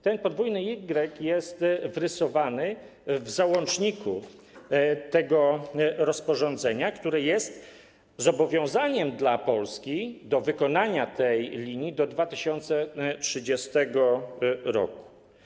Ten podwójny Y jest wrysowany w załączniku tego rozporządzenia, które jest zobowiązaniem dla Polski do wykonania tej linii do 2030 r.